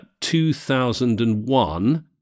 2001